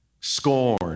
scorn